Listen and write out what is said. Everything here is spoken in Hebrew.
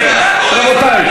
מסדר-היום.